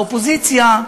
והאופוזיציה,